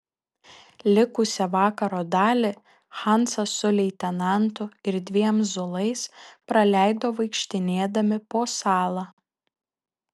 likusią vakaro dalį hansas su leitenantu ir dviem zulais praleido vaikštinėdami po salą